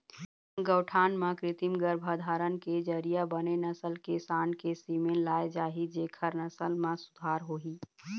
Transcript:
गौठान म कृत्रिम गरभाधान के जरिया बने नसल के सांड़ के सीमेन लाय जाही जेखर नसल म सुधार होही